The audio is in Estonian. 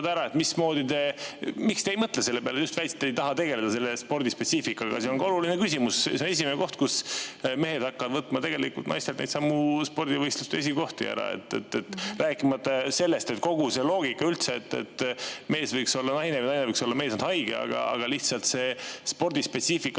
esikohad ära. Miks te ei mõtle selle peale? Just väitsite, et te ei taha tegeleda spordispetsiifikaga. See on ka oluline küsimus. See on esimene koht, kus mehed hakkavad võtma tegelikult naistelt neidsamu spordivõistluste esikohti ära, rääkimata sellest, et kogu see loogika üldse, et mees võiks olla naine ja naine võiks olla mees, on haige. Spordispetsiifika